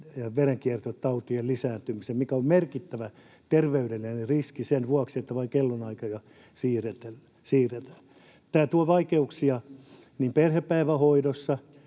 verenkiertotauteihin, mikä on merkittävä terveydellinen riski vain sen vuoksi, että kellonaikoja siirretään. Tämä tuo vaikeuksia niin perhepäivähoidossa